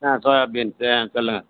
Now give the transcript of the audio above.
ஆ soya beans ஆ சொல்லுங்கள்